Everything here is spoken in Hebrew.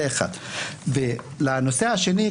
לנושא השני,